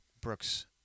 Brooks